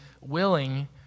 willing